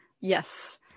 Yes